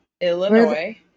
Illinois